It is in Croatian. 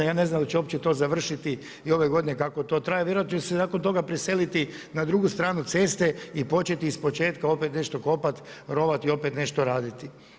Ja ne znam hoće li to uopće završiti i ove godine kako to traje, vjerojatno će se nakon toga preseliti na drugu stranu ceste i početi iz početka opet nešto kopat, rovat i opet nešto raditi.